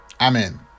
amen